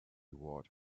ward